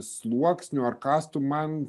sluoksnių ar kastų man